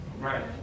Right